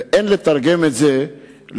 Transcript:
ואין לתרגם את זה לאלימות,